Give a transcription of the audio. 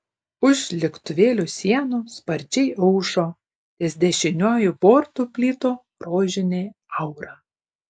už lėktuvėlio sienų sparčiai aušo ties dešiniuoju bortu plito rožinė aura